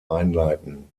einleiten